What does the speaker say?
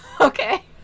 Okay